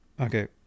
Okay